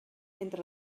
entre